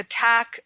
attack